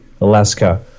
Alaska